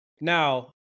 now